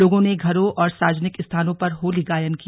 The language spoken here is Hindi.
लोगों ने घरों और सार्वजनिक स्थानों पर होली गायन किया